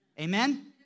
Amen